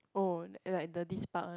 oh and like the this part one